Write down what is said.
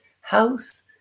house